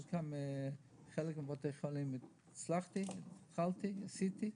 בחלק מבתי החולים התחלתי, עשיתי,